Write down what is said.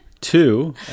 two